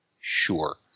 Sure